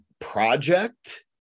project